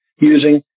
using